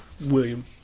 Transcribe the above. William